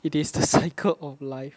it is the cycle of life